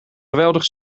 geweldig